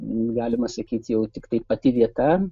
galima sakyti jau tiktai pati vieta